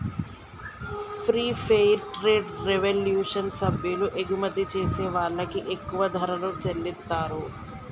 గీ fair trade revolution సభ్యులు ఎగుమతి చేసే వాళ్ళకి ఎక్కువ ధరలను చెల్లితారు